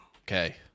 Okay